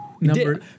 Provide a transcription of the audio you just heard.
Number